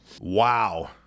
Wow